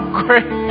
great